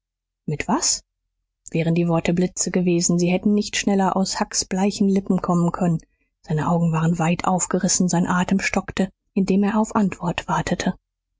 mit was wären die worte blitze gewesen sie hätten nicht schneller aus hucks bleichen lippen kommen können seine augen waren weit aufgerissen sein atem stockte indem er auf antwort wartete